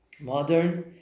modern